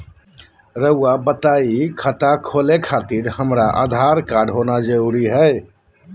रउआ बताई खाता खोले खातिर हमरा आधार कार्ड होना जरूरी है?